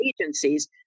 agencies